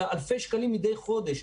אלא אלפי שקלים מדי חודש.